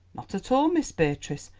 not at all, miss beatrice,